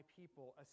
people